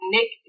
Nick